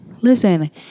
Listen